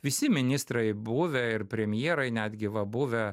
visi ministrai buvę ir premjerai netgi va buvę